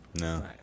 No